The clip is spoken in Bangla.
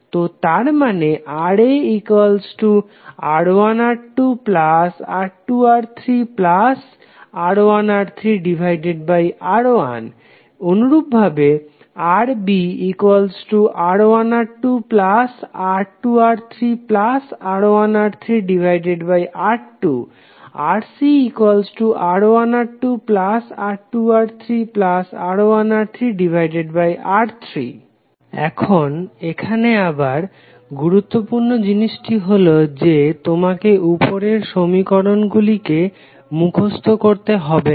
তো তার মানে RaR1R2R2R3R1R3R1 RbR1R2R2R3R1R3R2 RcR1R2R2R3R1R3R3 এখন এখানে আবার গুরুত্বপূর্ণ জিনিসটি হলো যে তোমাকে উপরের সমীকরণগুলিকে মুখস্ত করতে হবে না